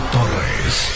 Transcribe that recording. Torres